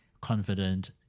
confident